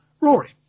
Rory